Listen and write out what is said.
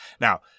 Now